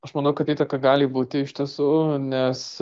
aš manau kad įtaka gali būti iš tiesų nes